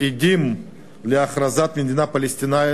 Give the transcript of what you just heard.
עדים להכרזת המדינה הפלסטינית.